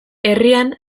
herrian